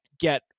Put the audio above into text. get